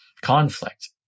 conflict